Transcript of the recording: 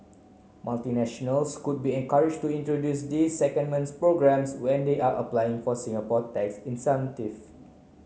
multinationals could be encourage to introduce these secondment programs when they are applying for Singapore tax incentives